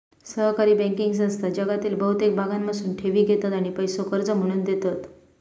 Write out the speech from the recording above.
सहकारी बँकिंग संस्था जगातील बहुतेक भागांमधसून ठेवी घेतत आणि पैसो कर्ज म्हणून देतत